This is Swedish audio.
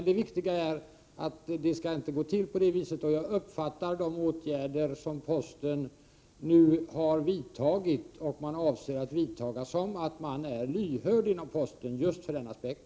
Det viktiga är emellertid att det inte skall gå till på det viset, och jag uppfattar de åtgärder som posten nu har vidtagit och de som man avser att vidta på det sättet att posten är lyhörd för just denna aspekt.